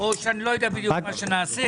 אני לא יודע בדיוק מה נעשה.